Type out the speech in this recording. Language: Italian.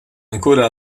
ancora